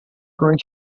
growing